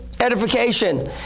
Edification